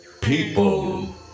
People